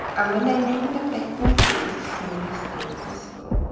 and when they named them, they thought it was the smallest thing possible.